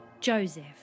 Joseph